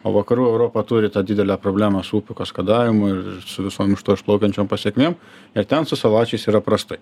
o vakarų europa turi tą didelę problemą su upių kaskadavimu ir su visom iš to išplaukiančiom pasekmėm ir ten su salačiais yra prastai